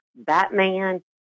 Batman